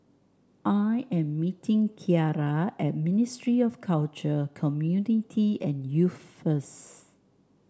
I am meeting Kierra at Ministry of Culture Community and Youth first